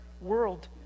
world